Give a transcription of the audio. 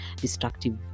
destructive